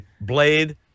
blade